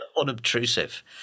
unobtrusive